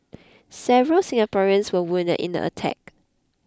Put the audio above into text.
several Singaporeans were wounded in the attack